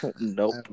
nope